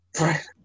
Right